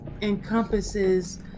encompasses